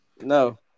No